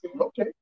Okay